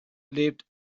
lebt